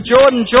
Jordan